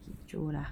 kecoh lah